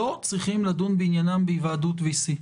לא צריכים לדון בעניינם בהיוועדות VC,